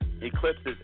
eclipses